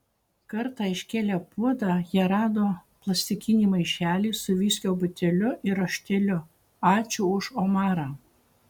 kartą iškėlę puodą jie rado plastikinį maišelį su viskio buteliu ir rašteliu ačiū už omarą